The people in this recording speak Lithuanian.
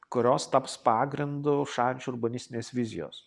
kurios taps pagrindu šančių urbanistinės vizijos